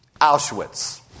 Auschwitz